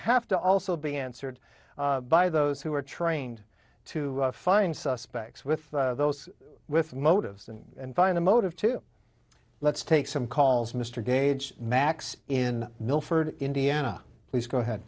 have to also be answered by those who are trained to find suspects with those with motives and find a motive to let's take some calls mr gage max in milford indiana please go ahead